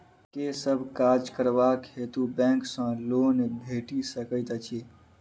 केँ सब काज करबाक हेतु बैंक सँ लोन भेटि सकैत अछि?